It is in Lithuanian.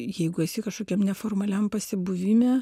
jeigu esi kažkokiam neformaliam pasibuvime